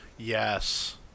Yes